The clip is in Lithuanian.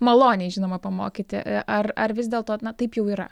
maloniai žinoma pamokyti ar ar vis dėlto taip jau yra